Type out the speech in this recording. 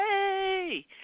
Yay